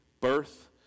Birth